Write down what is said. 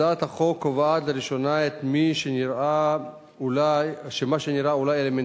הצעת החוק קובעת לראשונה מה שנראה אולי אלמנטרי